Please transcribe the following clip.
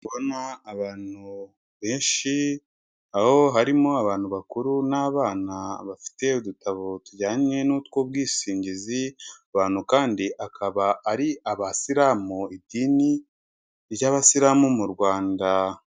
Ndabona abantu benshi, aho harimo abantu bakuru n'abana bafite udutabo tujyanye n'utw'ubwishingizi, abantu kandi akaba ari abasilamu, idini ry'abasilamu mu Rwanda.